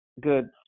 good